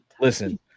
Listen